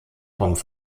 pommes